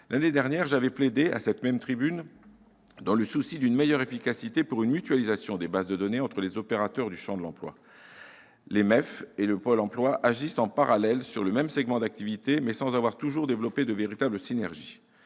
L'année dernière, j'avais plaidé, à cette même tribune, par souci d'une meilleure efficacité, pour une mutualisation des bases de données entre les opérateurs du champ de l'emploi. Les MEF et Pôle Emploi agissent en parallèle sur le même segment d'activité, mais sans avoir toujours développé de véritables synergies.